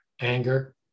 anger